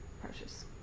precious